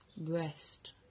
Rest